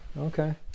okay